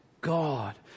God